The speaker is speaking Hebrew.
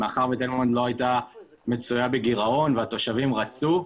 שמאחר ותל מונד לא הייתה מצויה בגירעון והתושבים רצו,